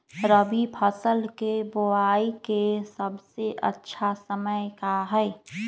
रबी फसल के बुआई के सबसे अच्छा समय का हई?